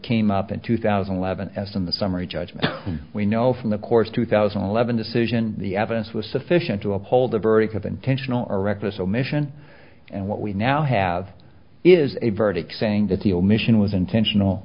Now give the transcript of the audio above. came up in two thousand and eleven as in the summary judgment we know from the courts two thousand and eleven decision the evidence was sufficient to uphold the verdict of intentional reckless omission and what we now have is a verdict saying that the omission was intentional